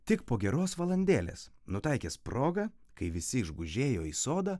tik po geros valandėlės nutaikęs progą kai visi išgužėjo į sodą